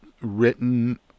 written